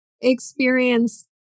experience